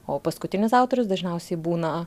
o paskutinis autorius dažniausiai būna